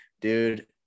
dude